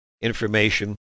information